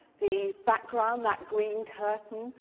the background, that green curtain,